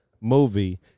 movie